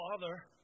Father